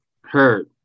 Heard